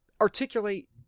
articulate